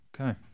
okay